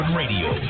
radio